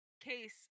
case